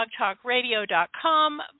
blogtalkradio.com